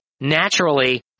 naturally